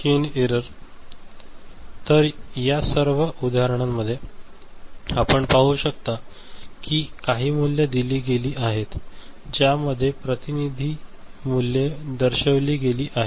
तर या सर्व उदाहरणांमध्ये आपण पाहू शकता की काही मूल्ये दिली गेली आहेत ज्यामध्ये प्रतिनिधी मूल्ये दर्शविली गेली आहेत